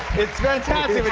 it's fantastic